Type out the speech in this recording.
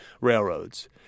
railroads